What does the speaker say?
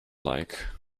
like